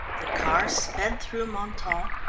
the car sped through mentone,